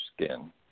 skin